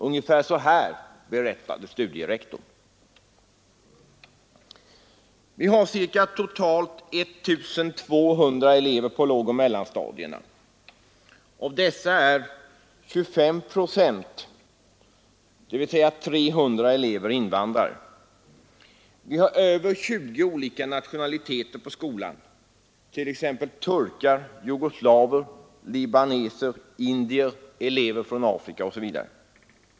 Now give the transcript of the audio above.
Ungefär så här berättade studierektorn: Vi har totalt ca 1 200 elever på låg-, mellanoch högstadierna. Av dessa är ca 25 procent, dvs. 300 elever, invandrare. Vi har över 20 olika nationaliteter på skolan, t.ex. turkar, jugoslaver, libaneser, indier och elever från Afrika.